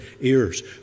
ears